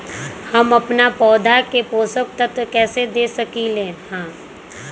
हम अपन पौधा के पोषक तत्व कैसे दे सकली ह?